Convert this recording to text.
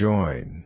Join